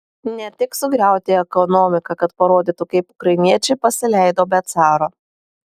ne tik sugriauti ekonomiką kad parodytų kaip ukrainiečiai pasileido be caro